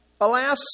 Alas